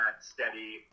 steady